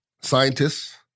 scientists